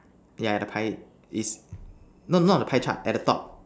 yeah the pie is no not the pie chart at the top